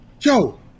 yo